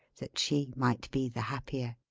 that she might be the happier.